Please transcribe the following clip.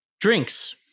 drinks